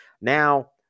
Now